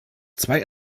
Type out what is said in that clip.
zwei